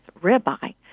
ribeye